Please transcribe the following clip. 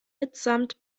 mitsamt